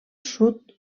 sud